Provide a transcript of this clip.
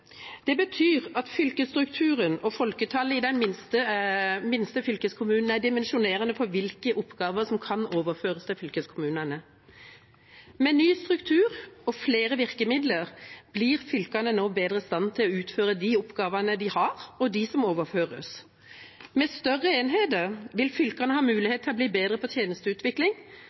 Det betyr at fylkesstrukturen og folketallet i den minste fylkeskommunen er dimensjonerende for hvilke oppgaver som kan overføres til fylkeskommunene. Med ny struktur og flere virkemidler blir fylkene nå bedre i stand til å utføre de oppgavene de har, og de som overføres. Med større enheter vil fylkene ha mulighet til å bli bedre på tjenesteutvikling.